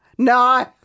No